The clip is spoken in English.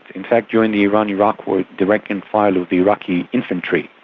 in fact during the iran-iraq war the rank and file of the iraqi infantry